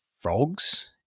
frogs